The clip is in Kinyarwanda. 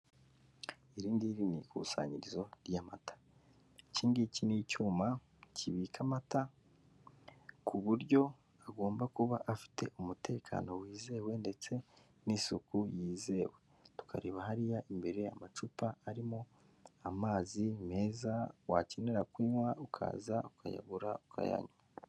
Iri ngiri ni ikusanyirizo ry'amata iki ngiki ni icyuma kibika amata ku buryo agomba kuba afite umutekano wizewe, ndetse n'isuku yizewe, tukareba hariya imbere amacupa arimo amazi meza wakenera kunywa ukaza ukayagura ukayanywa.